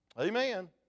Amen